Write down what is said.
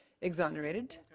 exonerated